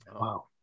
Wow